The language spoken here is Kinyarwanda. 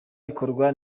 ikorwa